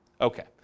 Okay